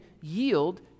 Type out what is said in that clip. yield